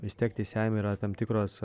vis tiek teisėjavime yra tam tikros